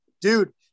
Dude